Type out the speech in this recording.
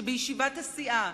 שבישיבת הסיעה,